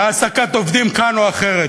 בהעסקת עובדים כך או אחרת,